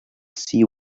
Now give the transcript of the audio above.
see